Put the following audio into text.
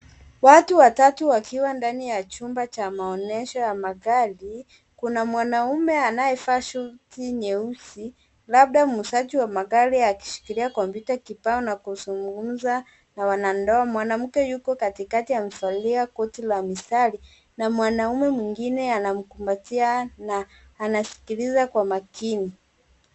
Watu watatu wakiwa ndani ya chumba cha maonyesho ya magari. Kuna mwanaume anayevaa suti nyeusi labda muuzaji wa magari akishikilia kompyuta kibao na kuzungumza na wanandoa. Mwanamke yuko katikati amevalia koti la mistari na mwanaume mwingine anamkumbatia na anasikiliza kwa umakini.